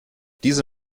diese